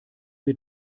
wir